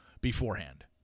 beforehand